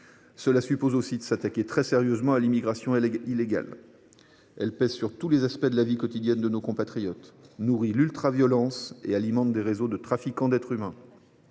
Il faut aussi s’attaquer très sérieusement à l’immigration illégale, qui pèse sur tous les aspects de la vie quotidienne de nos compatriotes, nourrit l’ultraviolence et alimente des réseaux de trafiquants d’êtres humains.